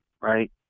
right